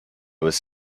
was